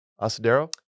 Asadero